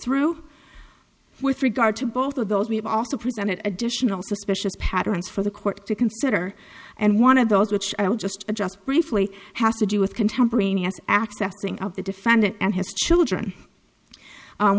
through with regard to both of those we have also presented additional suspicious patterns for the court to consider and one of those which i'll just just briefly has to do with contemporaneous accessing of the defendant and his children